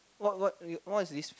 what what what's this